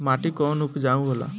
माटी कौन उपजाऊ होला?